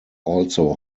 also